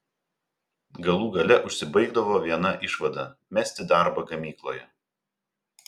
galų gale užsibaigdavo viena išvada mesti darbą gamykloje